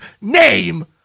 name